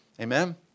Amen